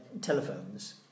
telephones